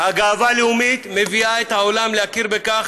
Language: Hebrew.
והגאווה הלאומית מביאים את העולם להכיר בכך